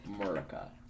America